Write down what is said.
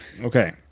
Okay